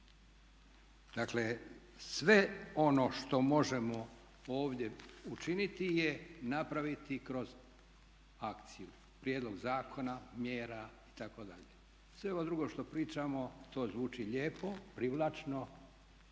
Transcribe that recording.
Dakle, sve ono što možemo ovdje učiniti je napraviti kroz akciju prijedlog zakona, mjera itd. Sve ovo drugo što pričamo to zvuči lijepo, privlačno